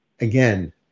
Again